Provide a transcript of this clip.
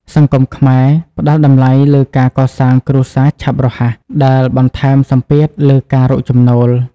សង្គមខ្មែរផ្តល់តម្លៃលើការកសាងគ្រួសារឆាប់រហ័ស ដែលបន្ថែមសម្ពាធលើការរកចំណូល។